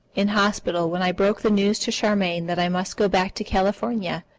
in hospital when i broke the news to charmian that i must go back to california,